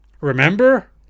Remember